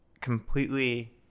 completely